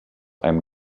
einem